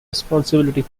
responsibility